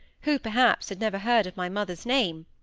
who perhaps had never heard of my mother's name,